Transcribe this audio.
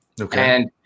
Okay